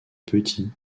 petit